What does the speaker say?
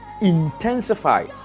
intensify